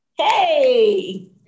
Hey